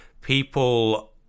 people